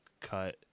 cut